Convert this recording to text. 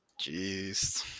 Jeez